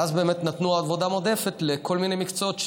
ואז באמת נתנו עבודה מועדפת בכל מיני מקצועות,